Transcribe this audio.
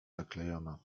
zaklejona